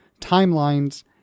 timelines